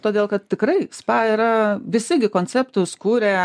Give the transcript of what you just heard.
todėl kad tikrai spa yra visi gi konceptus kūrė